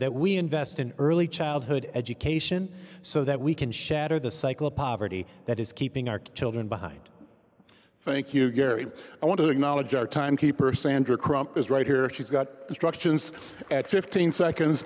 that we invest in early childhood education so that we can shatter the cycle of poverty that is keeping our children behind thank you gary i want to acknowledge our time keeper sandra crump is right here she's got instructions at fifteen seconds